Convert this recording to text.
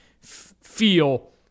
feel